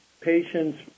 patients